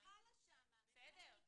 ------ מה